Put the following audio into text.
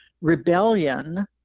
rebellion